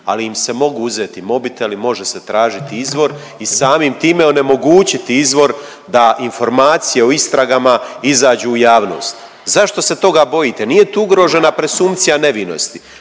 ali im se mogu uzeti mobiteli, može se tražiti izvor i samim time onemogućiti izvor da informacije o istragama izađu u javnost. Zašto se toga bojite? Nije tu ugrožena presumpcija nevinosti,